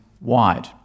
wide